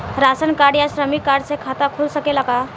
Ration card या श्रमिक card से खाता खुल सकेला का?